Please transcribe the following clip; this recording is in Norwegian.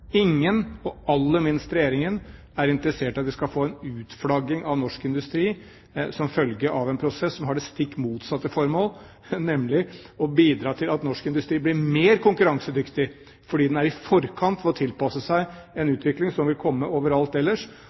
Ingen, og aller minst Regjeringen, er interessert i at vi skal få en utflagging av norsk industri som følge av en prosess som har det stikk motsatte formål, nemlig å bidra til at norsk industri blir mer konkurransedyktig fordi den er i forkant med å tilpasse seg en utvikling som vil komme overalt ellers,